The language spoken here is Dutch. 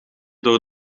door